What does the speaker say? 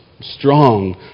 Strong